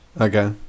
okay